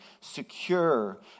secure